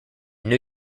new